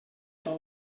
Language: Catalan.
tot